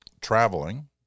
traveling